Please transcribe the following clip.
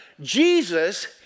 Jesus